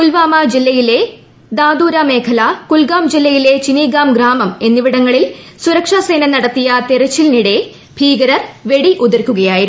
പുൽവാമ ജില്ലയിലെ ദാദൂരാ മേഖല കുൽഗാം ജില്ലയിലെ ചിനിഗാം ഗ്രാമം എന്നിവിടങ്ങളിൽ സുരക്ഷാസേന നടത്തിയ തിരച്ചിലിനിടെ ഭീകരർ വെടിയുതിർക്കുകയായിരുന്നു